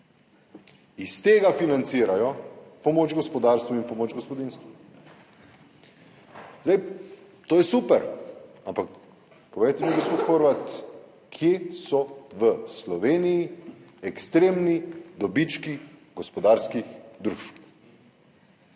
Iz tega financirajo pomoč gospodarstvu in pomoč gospodinjstvu. To je super, ampak povejte mi, gospod Horvat, kje so v Sloveniji ekstremni dobički gospodarskih družb?